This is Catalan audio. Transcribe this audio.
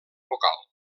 vocal